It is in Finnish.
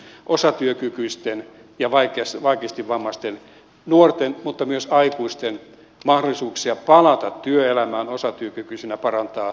osatyökykyisten ja vaikeasti vammaisten nuorten mutta myös aikuisten mahdollisuuksia palata työelämään osatyökykyisinä parantaa